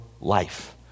life